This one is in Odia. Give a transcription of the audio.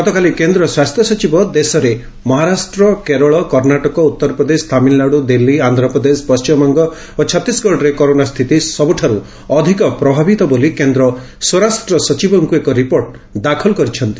ଗତକାଲି କେନ୍ଦ୍ର ସ୍ୱାସ୍ଥ୍ୟ ସଚିବ ଦେଶରେ ମହାରାଷ୍ଟ୍ର କେରଳ କର୍ଷାଟକ ଉତ୍ତରପ୍ରଦେଶ ତାମିଲନାଡୁ ଦିଲ୍ଲୀ ଆକ୍ରପ୍ରଦେଶ ପଣ୍ଟିମବଙ୍ଗ ଓ ଛତିଶଗଡରେ କରୋନା ସ୍ଥିତି ସବୁଠାରୁ ଅଧିକ ପ୍ରଭାବିତ ବୋଲି କେନ୍ଦ୍ର ସ୍ୱରାଷ୍ଟ ସଚିବଙ୍କୁ ଏକ ରିପୋର୍ଟ ଦାଖଲ କରିଛନ୍ତି